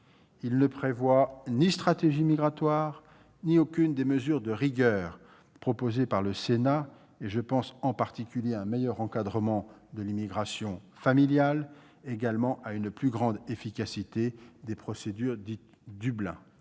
il ne prévoit ni stratégie migratoire ni aucune des mesures de rigueur proposées par le Sénat. Je pense notamment à un meilleur encadrement de l'immigration familiale et à une plus grande efficacité des procédures dites « Dublin ».